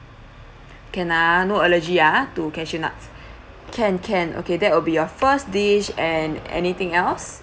can ah no allergy ah to cashew nuts can can okay that would be your first dish and anything else